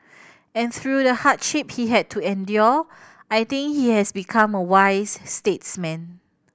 and through the hardship he had to endure I think he has become a wise statesman